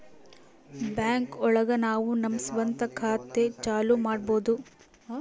bank ಒಳಗ ನಾವು ನಮ್ ಸ್ವಂತ ಖಾತೆ ಚಾಲೂ ಮಾಡ್ಬೋದು